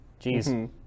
Jeez